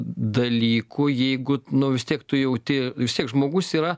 dalykų jeigu nu vis tiek tu jauti vis tiek žmogus yra